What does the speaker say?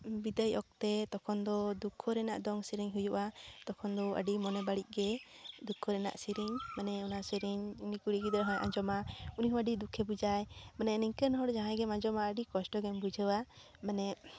ᱵᱤᱫᱟᱹᱭ ᱚᱠᱛᱮ ᱛᱚᱠᱷᱚᱱ ᱫᱚ ᱫᱩᱠᱠᱷᱚ ᱨᱮᱱᱟᱜ ᱫᱚᱝ ᱥᱮᱨᱮᱧ ᱦᱩᱭᱩᱜᱼᱟ ᱛᱚᱠᱷᱚᱱ ᱟᱹᱰᱤ ᱢᱚᱱᱮ ᱵᱟᱹᱲᱤᱡ ᱜᱮ ᱫᱩᱠᱠᱷᱚ ᱨᱮᱱᱟᱜ ᱥᱮᱨᱮᱧ ᱢᱟᱱᱮ ᱚᱱᱟ ᱥᱮᱨᱮᱧ ᱩᱱᱤ ᱠᱩᱲᱤ ᱜᱤᱫᱽᱨᱟᱹ ᱦᱚᱸᱭ ᱟᱸᱡᱚᱢᱟ ᱩᱱᱤ ᱦᱚᱸ ᱟᱹᱰᱤ ᱫᱩᱠᱮᱭ ᱵᱩᱡᱟ ᱢᱟᱱᱮ ᱱᱤᱝᱠᱟᱹᱱ ᱦᱚᱲ ᱡᱟᱦᱟᱸᱭ ᱜᱮᱢ ᱟᱸᱡᱚᱢᱟ ᱟᱹᱰᱤ ᱠᱚᱥᱴᱚ ᱜᱮᱢ ᱵᱩᱡᱷᱟᱹᱣᱟ ᱢᱟᱱᱮ